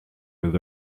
with